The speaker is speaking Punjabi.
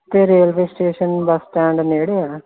ਤੇ ਰੇਲਵੇ ਸਟੇਸ਼ਨ ਬਸ ਸਟੈਂਡ ਨੇੜੇ ਐ